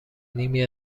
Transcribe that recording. نیمی